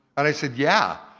and i said, yeah,